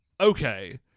Okay